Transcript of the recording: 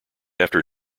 after